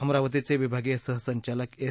अमरावतीचे विभागीय सहसंचालक एस